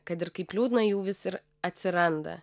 kad ir kaip liūdna jų vis ir atsiranda